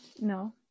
No